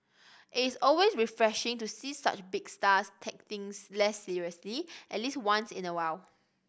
it is always refreshing to see such big stars take things less seriously at least once in a while